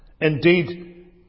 Indeed